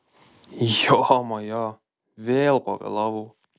jomajo vėl pavėlavau